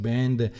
Band